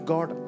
God